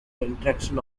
interaction